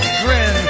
grin